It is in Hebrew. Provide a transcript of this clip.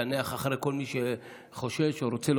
לקנח אחרי כל מי שחושש או רוצה,